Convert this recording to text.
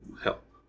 help